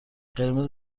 قرمز